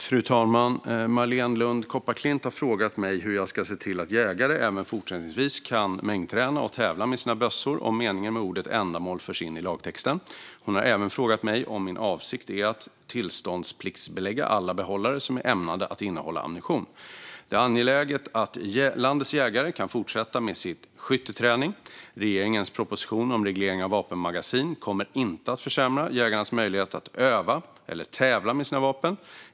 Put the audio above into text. Fru talman! Marléne Lund Kopparklint har frågat mig hur jag ska se till att jägare även fortsättningsvis kan mängdträna och tävla med sina bössor om meningen med ordet ändamål förs in i lagtexten. Hon har även frågat mig om min avsikt är att tillståndspliktsbelägga alla behållare som är ämnade att innehålla ammunition. Det är angeläget att landets jägare kan fortsätta med sin skytteträning. Regeringens proposition om reglering av vapenmagasin kommer inte att försämra jägarnas möjlighet att öva eller tävla med sina vapen.